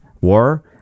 war